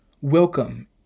welcome